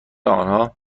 آنها